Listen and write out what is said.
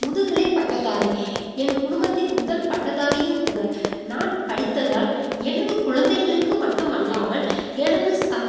முதுகலை பட்டதாரி என் குடும்பத்தில் முதல் பட்டதாரியும் கூட நான் படித்ததால் எனது குழந்தைகளுக்கு மட்டுமல்லாமல் எனது ச